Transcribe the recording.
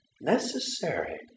necessary